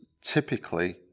typically